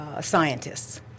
Scientists